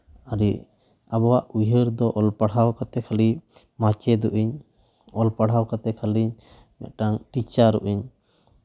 ᱟᱹᱰᱤ ᱟᱵᱚᱣᱟᱜ ᱩᱭᱦᱟᱹᱨ ᱫᱚ ᱚᱞᱯᱟᱲᱦᱟᱣ ᱠᱟᱛᱮ ᱠᱷᱟᱹᱞᱤ ᱢᱟᱪᱮᱫᱚᱜ ᱟᱹᱧ ᱚᱞ ᱯᱟᱲᱦᱟᱣ ᱠᱟᱛᱮ ᱠᱷᱟᱹᱞᱤ ᱢᱤᱫᱴᱟᱝ ᱴᱤᱪᱟᱨᱚᱜ ᱟᱹᱧ